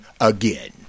again